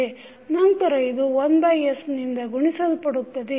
ನಂತರ ಇದು 1s ನಿಂದ ಗುಣಿಸಲ್ಪಡುತ್ತದೆ